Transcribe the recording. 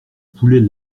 poulet